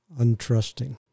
untrusting